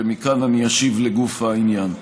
ומכאן אני אשיב לגוף העניין.